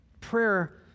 prayer